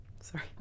Sorry